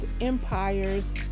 empires